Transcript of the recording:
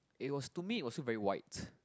it was to me it was still very white